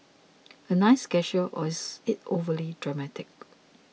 a nice gesture or is it overly dramatic